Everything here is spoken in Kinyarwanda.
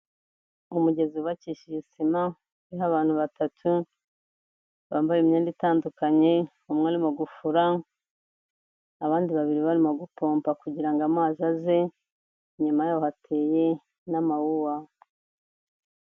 Umugezi wubakishije sima uriho abantu batatu bambaye imyenda itandukanye, umwe arimo gufura, abandi babiri barimo gupompa kugira ngo amazi aze, inyuma yaho hateye n'amawuwa.